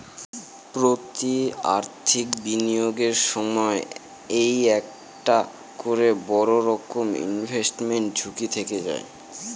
প্রতি অর্থনৈতিক বিনিয়োগের সময় এই একটা করে বড়ো রকমের ইনভেস্টমেন্ট ঝুঁকি থেকে যায়